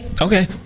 Okay